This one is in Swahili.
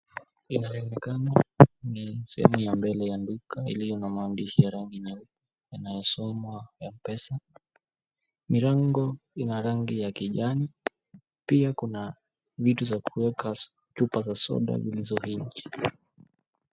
Inaonekana ni sehemu ya mbele ya duka ilyo na maandishi ya rangi nyeupe inayosoma M-Pesa, milango ina rangi ya kijani pia kuna vitu za kuweka chupa za soda zilizo.